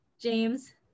james